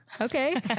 Okay